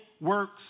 works